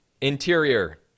Interior